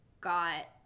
got